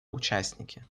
участники